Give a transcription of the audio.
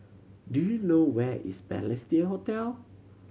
do you know where is Balestier Hotel